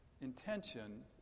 intention